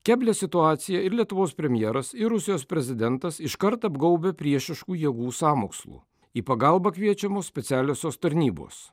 keblią situaciją ir lietuvos premjeras ir rusijos prezidentas iškart apgaubia priešiškų jėgų sąmokslu į pagalbą kviečiamos specialiosios tarnybos